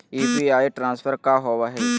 UPI transfer का होव हई?